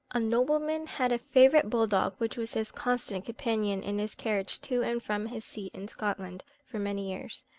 a nobleman had a favourite bull-dog, which was his constant companion in his carriage to and from his seat in scotland for many years.